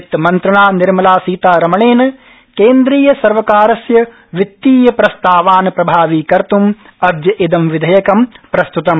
वित्तमन्त्रिणा निर्मलासीतारमणेन केन्द्रीय सर्वकारस्य वित्तीय प्रस्तावान् प्रभावीकर्त्म् अद्य इदं विधेयकं प्रस्त्तम्